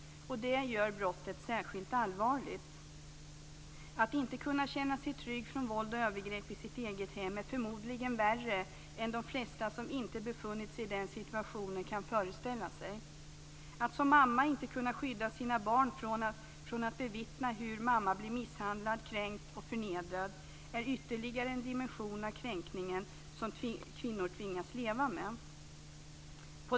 Det gör brottet särskilt allvarligt. Att inte kunna känna sig trygg från våld och övergrepp i sitt eget hem är förmodligen värre än de flesta som inte befunnit sig i den situationen kan föreställa sig. Att som mamma inte kunna skydda sina barn från att bevittna hur mamma blir misshandlad, kränkt och förnedrad är ytterligare en dimension av kränkningen som kvinnor tvingas leva med.